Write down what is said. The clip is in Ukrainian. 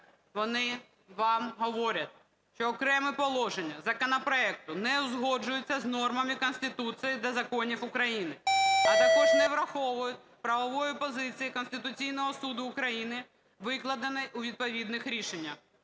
вони вам говорять, що окремі положення законопроекту не узгоджуються з нормами Конституції та законів України, а також не враховують правової позиції Конституційного Суду України, викладеної у відповідних рішеннях.